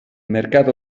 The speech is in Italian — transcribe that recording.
mercato